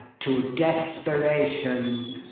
to desperation